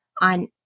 on